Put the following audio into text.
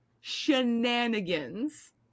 shenanigans